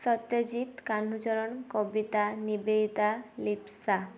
Satyajit Kanhucharan Kabita Nibedita Lipsa